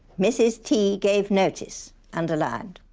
mrs t gave notice. underlined.